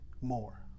more